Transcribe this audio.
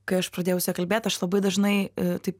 kai aš pradėjau su ja kalbėt aš labai dažnai taip